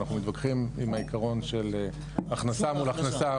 אנחנו מתווכחים עם העיקרון של הכנסה מול הכנסה,